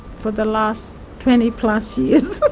for the last twenty plus years,